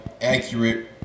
accurate